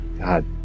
God